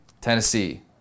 Tennessee